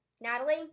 Natalie